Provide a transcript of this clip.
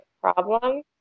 problem